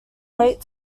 late